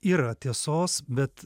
yra tiesos bet